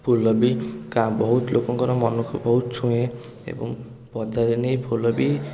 ଫୁଲ ବି ବହୁତ ଲୋକଙ୍କ ମନକୁ ବହୁତ ଛୁଏଁ ଏବଂ ବଜାରରେ ନେଇ ଫୁଲ ବି